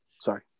Sorry